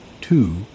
two